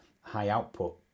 high-output